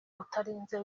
utarinze